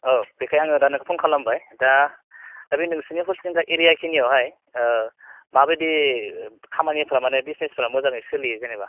औ बेखाय आं दा नोंखौ फन खालामबाय दा दा बे नोंसिनि हरसिंगा एरिया खिनियावहाय माबादि खामानिफोरा माने बिजिनेसफोरा मोजाङै सोलियो जेनेबा